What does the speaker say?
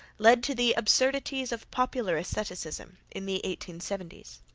led to the absurdities of popular estheticism in the eighteen-seventies.